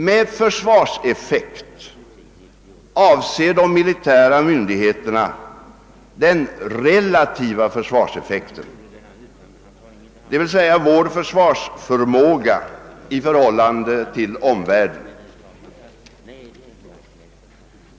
Med försvarseffekt avser de militära myndigheterna den relativa försvarseffekten, dvs. vår försvarsförmåga i förhållande till omvärlden.